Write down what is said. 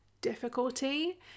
difficulty